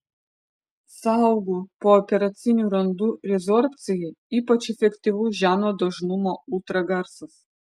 sąaugų pooperacinių randų rezorbcijai ypač efektyvus žemo dažnumo ultragarsas